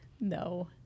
No